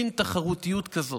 מין תחרותיות כזאת.